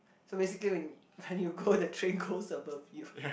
so basically when when you go the train goes above you